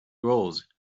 rose